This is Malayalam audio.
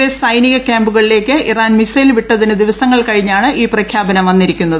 എസ് സൈനിക ക്യാമ്പുകളിലേക്ക് ഇറാൻ മിസൈൽ വിട്ടതിന് ദിവസങ്ങൾ കഴിഞ്ഞാണ് പ്രഖ്യാപനം വന്നിരിക്കുന്നത്